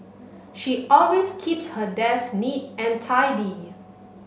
she always keeps her desk neat and tidy